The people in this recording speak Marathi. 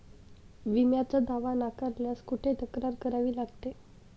विम्याचा दावा नाकारल्यास कुठे तक्रार करावी लागते?